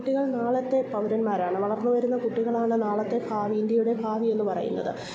കുട്ടികൾ നാളത്തെ പൗരന്മാരാണ് വളർന്ന് വരുന്ന കുട്ടികളാണ് നാളത്തെ ഭാവി ഇന്ത്യയുടെ ഭാവി എന്ന് പറയുന്നത്